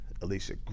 Alicia